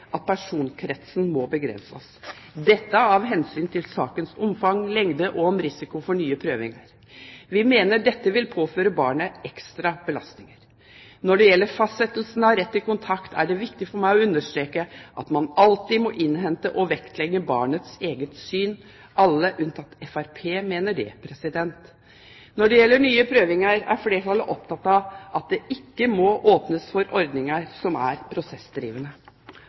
at personkretsen må begrenses, av hensyn til sakens omfang, lengde og om risiko for nye prøvinger. Vi mener dette vil påføre barnet ekstra belastninger. Når det gjelder fastsettelsen av rett til kontakt, er det viktig for meg å understreke at man alltid må innhente og vektlegge barnets eget syn. Alle unntatt Fremskrittspartiet mener det. Når det gjelder nye prøvinger, er flertallet opptatt at det ikke må åpnes for ordninger som er prosessdrivende.